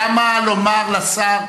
למה לומר לשר,